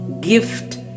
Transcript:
gift